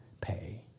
pay